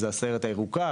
אם זה הסיירת הירוקה,